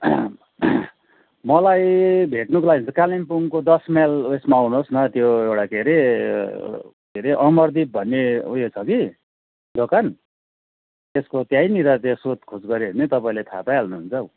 मलाई भेट्नुको लागि हो भने चाहिँ कालिम्पोङको दस माइलको ऊ यसमा आउनुहोस् न त्यो एउटा के अरे के अरे अमरदीप भन्ने उयो छ कि दोकान त्यसको त्यहीँनिर त्यहाँ सोधखोज गर्यो भने तपाईँले थाह पाइहाल्नु हुन्छ हौ